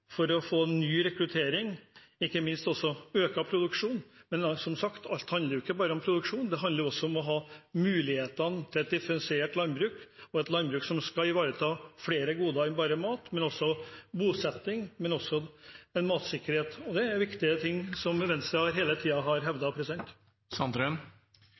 få ny rekruttering og ikke minst også økt produksjon. Men som sagt: Alt handler ikke bare om produksjon. Det handler også om muligheten til å ha et differensiert landbruk og et landbruk som skal ivareta flere goder enn bare mat, som bosetting – men også matsikkerhet. Det er viktige ting, noe Venstre hele tiden har